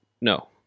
no